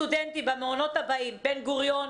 לסטודנטים במעונות הבאים: בן-גוריון,